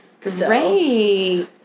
Great